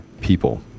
people